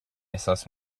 احساس